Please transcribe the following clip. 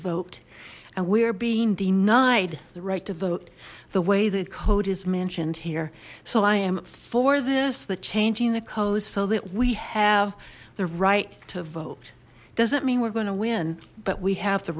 vote and we're being denied the right to vote the way that code is mentioned here so i am for this the changing the code so that we have the right to vote doesn't mean we're going to win but we have the